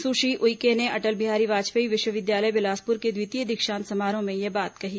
सुश्री उइके ने अटल बिहारी वाजपेयी विश्वविद्यालय बिलासपुर के द्वितीय दीक्षांत समारोह में यह बात कही